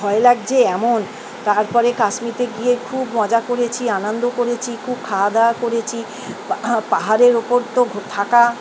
ভয় লাগছে এমন তারপরে কাশ্মীরে গিয়ে খুব মজা করেছি আনন্দ করেছি খুব খাওয়া দাওয়া করেছি পাহাড়ের ওপর তো থাকা